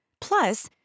Plus